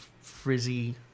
frizzy